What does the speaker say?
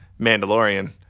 Mandalorian